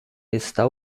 está